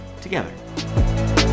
together